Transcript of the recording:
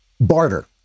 barter